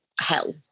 hell